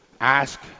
Ask